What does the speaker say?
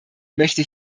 möchte